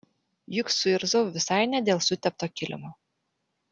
juk suirzau visai ne dėl sutepto kilimo